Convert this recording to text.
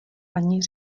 ani